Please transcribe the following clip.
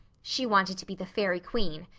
she wanted to be the fairy queen.